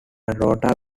rota